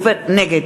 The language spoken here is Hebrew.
נגד